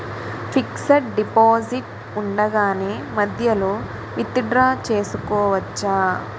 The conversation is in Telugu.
ఫిక్సడ్ డెపోసిట్ ఉండగానే మధ్యలో విత్ డ్రా చేసుకోవచ్చా?